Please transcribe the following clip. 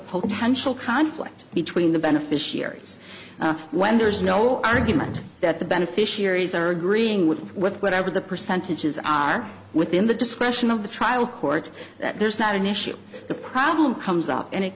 potential conflict between the beneficiaries when there is no argument that the beneficiaries are agreeing with with whatever the percentages are within the discretion of the trial court that there's not an issue the problem comes up and it